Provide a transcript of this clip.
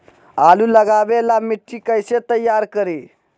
आलु लगावे ला मिट्टी कैसे तैयार करी?